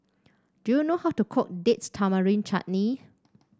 do you know how to cook Date Tamarind Chutney